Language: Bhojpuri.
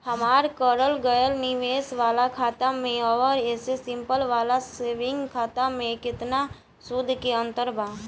हमार करल गएल निवेश वाला खाता मे आउर ऐसे सिंपल वाला सेविंग खाता मे केतना सूद के अंतर बा?